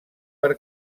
per